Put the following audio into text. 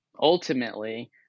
ultimately